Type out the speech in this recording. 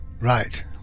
Right